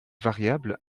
variables